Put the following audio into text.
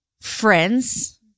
friends